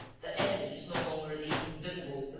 the enemy is no longer the invisible,